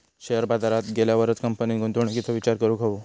share बाजारात गेल्यावरच कंपनीन गुंतवणुकीचो विचार करूक हवो